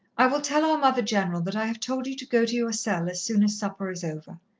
i will tell our mother-general that i have told you to go to your cell as soon as supper is over.